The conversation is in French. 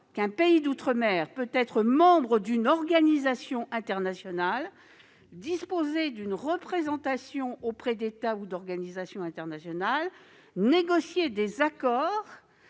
qu'un pays d'outre-mer peut être membre d'une organisation internationale, disposer d'une représentation auprès d'États ou d'organisations internationales, négocier des accords